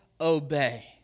obey